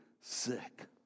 sick